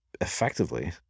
effectively